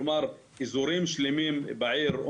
אזורים שלמים בעיר.